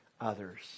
others